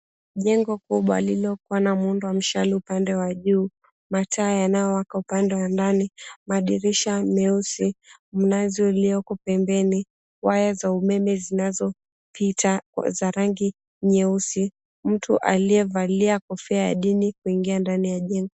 Jengo kubwa lililokuwa na muundo wamshale upande wa juu. Mataa yanayowaka upande wa ndani. Madirisha meusi. Mnazi ulioko pembeni. Waya za umeme zinazopita za rangi nyeusi. Mtu aliyevalia kofia ya dini kuingia ndani ya jengo.